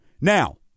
Now